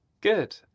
Good